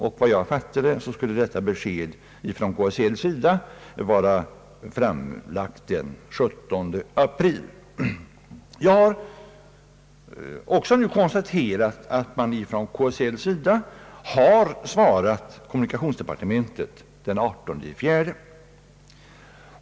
Enligt vad jag fattade skulle detta besked från KSL:s sida vara framlagt den 17 april. Jag hår nu också konstaterat att KSL har svarat kommunikationsdepartementet den 18 april.